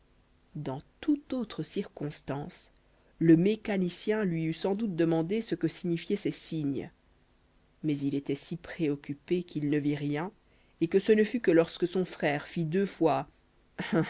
dans toute autre circonstance le mécanicien lui eût sans doute demandé ce que signifiaient ces signes mais il était si préoccupé qu'il ne vit rien et que ce ne fut que lorsque son frère fit deux fois